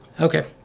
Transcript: Okay